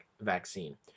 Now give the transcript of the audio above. Vaccine